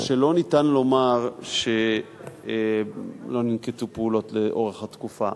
כך שאי-אפשר לומר שלא ננקטו פעולות לאורך התקופה.